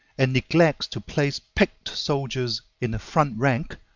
and neglects to place picked soldiers in the front rank,